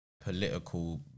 political